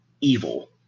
evil